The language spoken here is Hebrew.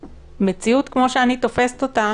במציאות, כמוש אני תופסת אותה